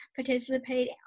participate